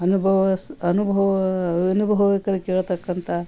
ಅನುಭವಿಸ್ ಅನುಭವ ಅನುಭವಕ್ರು ಕೇಳತಕ್ಕಂಥ